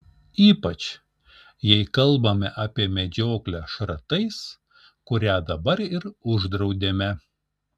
ypač jei kalbame apie medžioklę šratais kurią dabar ir uždraudėme